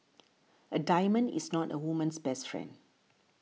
a diamond is not a woman's best friend